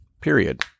period